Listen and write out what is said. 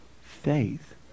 faith